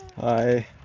Hi